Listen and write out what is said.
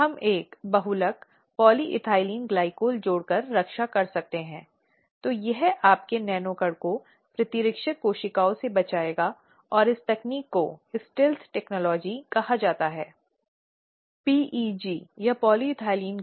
अब हम दूसरी तरफ शिफ्ट हो जाएंगे क्योंकि अधिनियम और प्रक्रिया के तहत स्थापित प्राधिकरण को समझने की कोशिश की जा रही है जिसमें रखी गई है जिसके तहत उन्हें आवश्यक पूछताछ या जांच का संचालन करना है